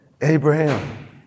Abraham